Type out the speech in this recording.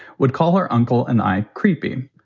would call her uncle and i creepy.